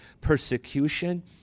persecution